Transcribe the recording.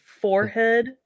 forehead